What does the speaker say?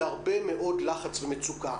והרבה מאוד לחץ ומצוקה.